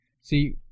See